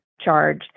charge